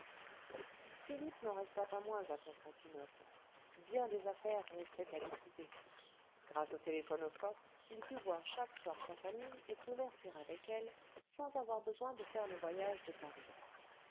philippe n'en resta pas moins à constantinople bien des affaires restaient à liquider grâce au téléphonoscope il put voir chaque soir sa famille et converser avec elle sans avoir besoin de faire le voyage de paris